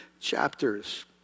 chapters